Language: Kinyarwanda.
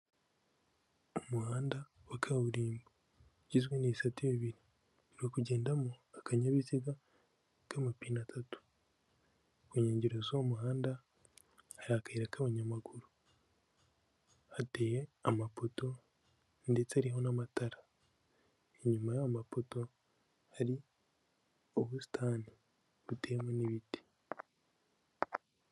Umuhanda wa kaburimbo ugizwe n'ibisate bibiri, uri kugendamo akanyayabiziga k'amapine atatu, ku nkengero z'uwo muhanda hari akayira k'abanyamaguru, hateye amapoto ndetse hariho n'amatara, inyuma y'ayo mapoto hari ubusitani buteyemo n'ibiti.